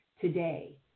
today